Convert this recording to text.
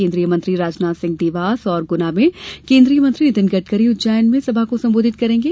केन्द्रीय मंत्री राजनाथ सिंह देवास और गुना में केन्द्रीय मंत्री नितीन गड़करी उज्जैन में सभा को संबोधित करेंगे